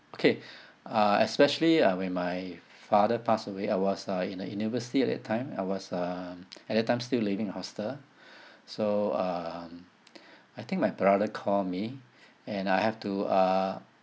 okay uh especially ah when my father passed away I was uh in the university at that time I was um at that time still living in hostel so um I think my brother called me and I have to uh